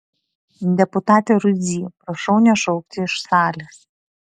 deputate rudzy prašau nešaukti iš salės